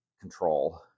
control